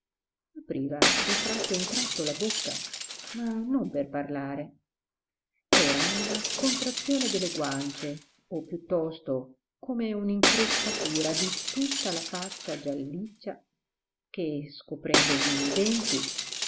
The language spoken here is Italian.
apriva di tratto in tratto la bocca ma non per parlare era una contrazione delle guance o piuttosto come un'increspatura di tutta la faccia gialliccia che scoprendogli i denti